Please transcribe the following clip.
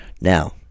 Now